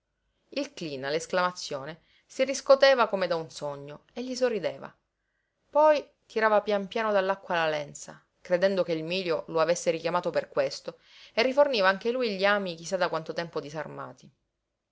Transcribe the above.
il cleen all'esclamazione si riscoteva come da un sogno e gli sorrideva poi tirava pian piano dall'acqua la lenza credendo che il mílio lo avesse richiamato per questo e riforniva anche lui gli ami chi sa da quanto tempo disarmati